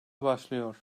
başlıyor